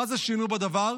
מה זה שינו בדבר?